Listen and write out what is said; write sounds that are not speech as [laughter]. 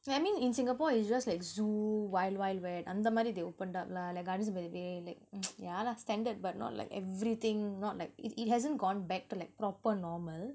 but I mean singapore is just like zoo wild wild wet அந்தமாரி:anthamaari they opened up lah like gardens by the bay like [noise] yeah lah standard but not like everything not like it it hasn't gone back to like proper normal